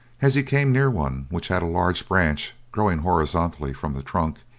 as he came near one which had a large branch, growing horizontally from the trunk,